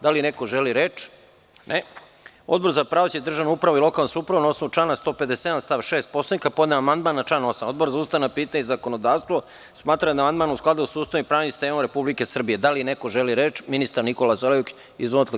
Da li neko želi reč? (Ne.) Odbor za pravosuđe, državnu upravu i lokalnu samoupravu, na osnovu člana 157. stav 6. Poslovnika, podneo je amandman na član 8. Odbor za ustavna pitanja i zakonodavstvo smatra da je amandman u skladu sa Ustavom i pravnim sistemom Republike Srbije, Reč ima ministar Nikola Selaković.